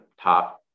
top